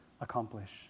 accomplish